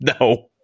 no